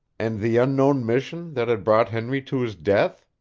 and the unknown mission, that had brought henry to his death?